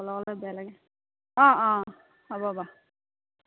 অকলে অকলে বেয়া লাগে অঁ অঁ হ'ব বাৰু